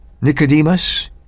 Nicodemus